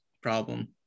problem